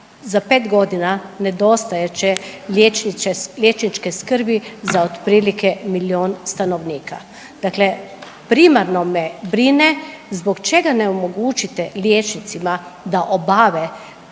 za 5 godina nedostajat će liječničke skrbi za otprilike milijun stanovnika. Dakle, primarno me brine zbog čega ne omogućite liječnicima da obave